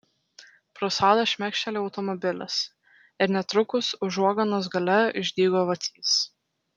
pro sodą šmėkštelėjo automobilis ir netrukus užuoganos gale išdygo vacys